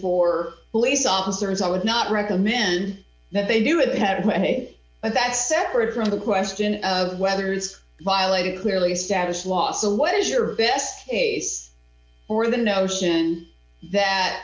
for police officers i would not recommend that they do it that way but that's separate from the question of whether it's violated clearly status law so what is your best case or the notion that